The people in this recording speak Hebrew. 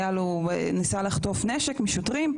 ניסה לחטוף נשק משוטרים,